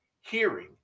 hearing